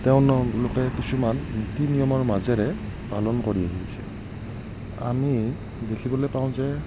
তেওঁলোকে কিছুমান নীতি নিয়মৰ মাজেৰে পালন কৰি আহিছে আমি দেখিবলৈ পাওঁ যে